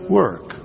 work